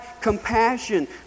compassion